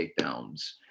takedowns